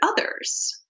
others